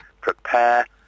prepare